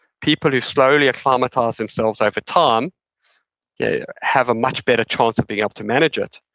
people who slowly acclimatize themselves over time yeah have a much better chance of being able to manage it.